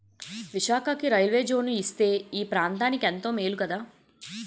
విశాఖకి railway zone ఇస్తే ఈ ప్రాంతనికెంతో మేలు కదా